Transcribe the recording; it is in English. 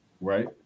Right